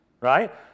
right